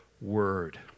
word